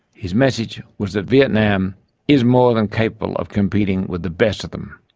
his message was that vietnam is more than capable of competing with the best of them.